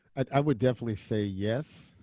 i would definitely say yes.